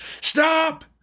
stop